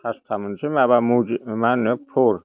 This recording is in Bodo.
फास्था मोनसे माबा मन्दि माहोनो फ्लर